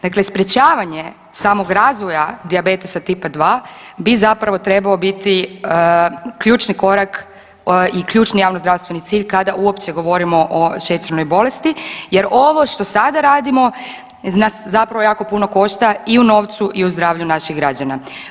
Dakle, sprječavanje samog razvoja dijabetesa Tipa 2 bi zapravo trebao biti ključni korak i ključni javnozdravstveni cilj kada uopće govorimo o šećernoj bolesti jer ovo što sada radimo nas zapravo jako puno košta i u novcu i u zdravlju naših građana.